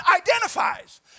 identifies